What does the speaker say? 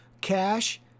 cash